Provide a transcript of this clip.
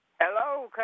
Hello